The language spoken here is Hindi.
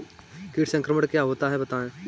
कीट संक्रमण क्या होता है बताएँ?